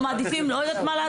או לא יודעת מה.